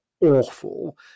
awful